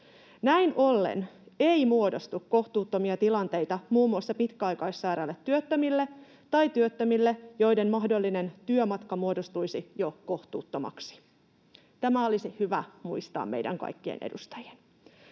Näin ollen ei muodostu kohtuuttomia tilanteita muun muassa pitkäaikaissairaille työttömille tai työttömille, joiden mahdollinen työmatka muodostuisi jo kohtuuttomaksi. Tämä olisi hyvä muistaa meidän kaikkien edustajien.